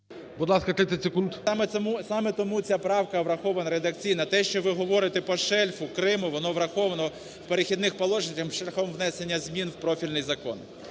саме тому ця правка врахована редакційно. Те, що ви говорите по шельфу, Криму, воно враховано в "Перехідних положеннях" шляхом внесення змін у профільні закони.